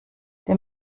der